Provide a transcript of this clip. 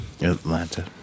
Atlanta